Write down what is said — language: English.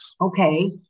Okay